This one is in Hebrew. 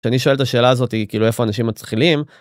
כשאני שואל את השאלה הזאתי כאילו איפה אנשים מתחילים.